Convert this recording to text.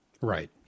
right